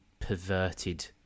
perverted